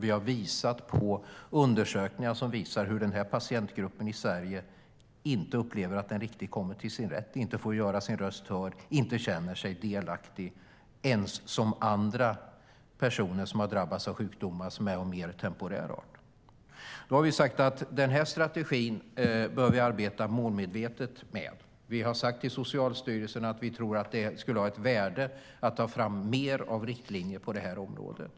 Vi har sett undersökningar som visar att den här patientgruppen i Sverige inte upplever att den riktigt kommer till sin rätt, inte får göra sin röst hörd och inte känner sig delaktig ens som de personer som drabbats av sjukdomar av mer temporär art. Vi har sagt att vi bör arbeta målmedvetet med den här strategin. Vi har sagt till Socialstyrelsen att vi tror att det skulle ha ett värde att ta fram mer av riktlinjer på det här området.